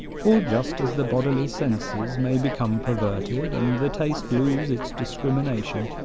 for just as the bodily senses may become perverted, and the taste lose its discrimination,